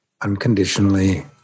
unconditionally